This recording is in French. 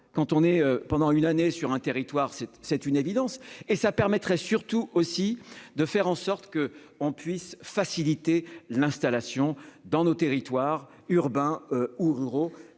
quand on est pendant une année, sur un territoire, c'est, c'est une évidence et ça permettrait surtout aussi de faire en sorte que on puisse faciliter l'installation dans nos territoires urbains ou ruraux